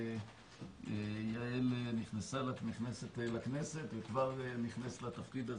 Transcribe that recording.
ויעל נכנסת לכנסת וכבר נכנסת לתפקיד הזה,